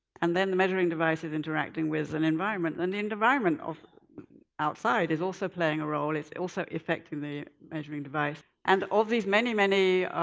and then the measuring device is interacting with the and environment. then the environment of outside is also playing a role, it's also affecting the measuring device. and of these many many